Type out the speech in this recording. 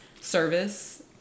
service